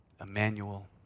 Emmanuel